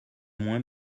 moins